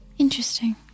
Interesting